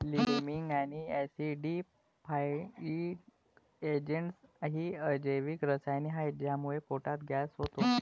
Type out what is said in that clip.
liming आणि acidifying agents ही अजैविक रसायने आहेत ज्यामुळे पोटात गॅस होतो